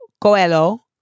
Coelho